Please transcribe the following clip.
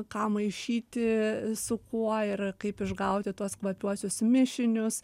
ką maišyti su kuo ir kaip išgauti tuos kvapiuosius mišinius